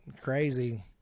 crazy